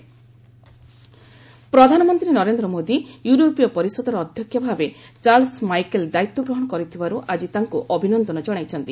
PM European council ପ୍ରଧାନମନ୍ତ୍ରୀ ନରେନ୍ଦ୍ର ମୋଦି ୟୁରୋପୀୟ ପରିଷଦର ଅଧ୍ୟକ୍ଷ ଭାବେ ଚାର୍ଲସ ମାଇକେଲ୍ ଦାୟିତ୍ୱ ଗ୍ରହଣ କରିଥିବାରୁ ଆଜି ତାଙ୍କୁ ଅଭିନନ୍ଦନ ଜଣାଇଛନ୍ତି